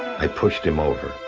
i pushed him over.